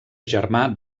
germà